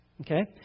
Okay